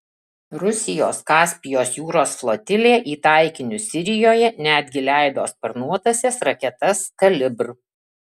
rusijos kaspijos jūros flotilė į taikinius sirijoje netgi leido sparnuotąsias raketas kalibr